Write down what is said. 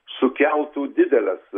sukeltų dideles